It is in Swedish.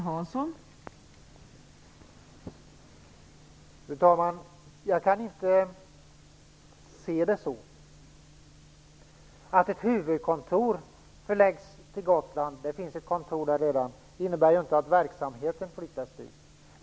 Fru talman! Jag kan inte se det så. Att ett huvudkontor förläggs till Gotland - och det finns ett kontor där redan - innebär inte att verksamheten flyttas dit.